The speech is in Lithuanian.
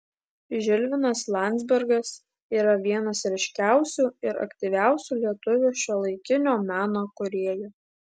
žilvinas landzbergas yra vienas ryškiausių ir aktyviausių lietuvių šiuolaikinio meno kūrėjų